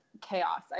chaos